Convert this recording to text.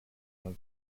was